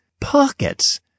Pockets